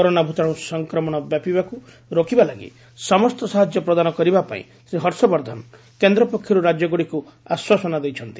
corona ଭୂତାଣୁ ସଂକ୍ରମଣ ବ୍ୟାପିବାକୁ ରୋକିବା ଲାଗି ସମସ୍ତ ସାହାଯ୍ୟ ପ୍ରଦାନ କରିବା ପାଇଁ ଶ୍ରୀ ହର୍ଷବର୍ବ୍ବ୍ବନ କେନ୍ଦ୍ର ପକ୍ଷରୁ ରାଜ୍ୟଗୁଡ଼ିକୁ ଆଶ୍ୱାସନା ଦେଇଛନ୍ତି